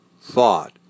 thought